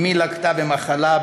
/ אמי לקתה במחלה,